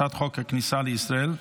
הצעת חוק הכניסה לישראל,